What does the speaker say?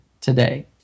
today